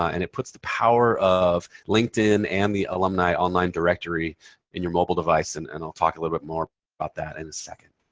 and it puts the power of linkedin and the alumni online directory in your mobile device. and and i'll talk a little bit more about that in a second.